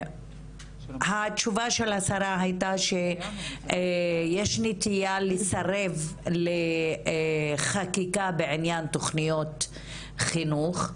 התשובה של השרה היתה שיש נטייה לסרב לחקיקה בעניין תכניות חינוך,